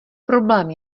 problém